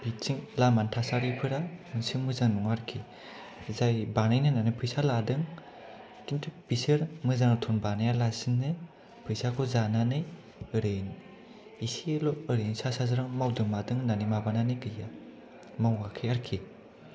बिथिं लामा थासारिफोरा मोनसेबो मोजां नङा आरोखि जाय बानायनो होन्नानै फैसा लादों खिन्थु बिसोर मोजां रोखोम बानाया लासिनो फैसाखौ जानानै एरै एसेल' एरैनो सा साज्रां मावदों मादों होनानै माबानानै गैया मावाखै आरोखि